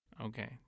Okay